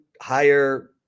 hire